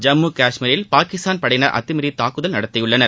ஜம்மு காஷ்மீரில் பாகிஸ்தான் படையினர் அத்துமீறி தாக்குதல் நடத்தியுள்ளனர்